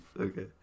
Okay